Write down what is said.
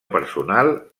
personal